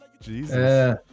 Jesus